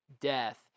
death